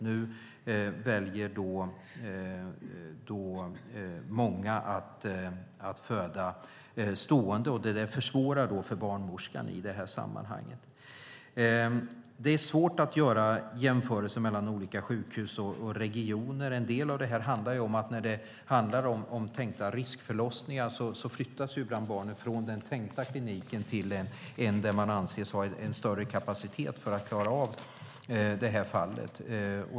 Nu väljer många att föda stående, och det försvårar för barnmorskan i det här sammanhanget. Det är svårt att göra jämförelser mellan olika sjukhus och regioner. En del av det här handlar om hur det är när det är tänkta riskförlossningar. Då flyttas ibland barnet från den tänkta kliniken till en där man anses ha en större kapacitet för att klara av det här fallet.